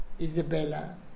Isabella